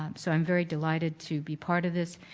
um so i'm very delighted to be part of this.